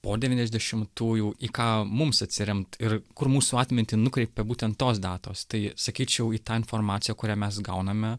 po devyniasdešimtųjų į ką mums atsiremt ir kur mūsų atmintį nukreipia būtent tos datos tai sakyčiau į tą informaciją kurią mes gauname